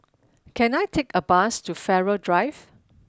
can I take a bus to Farrer Drive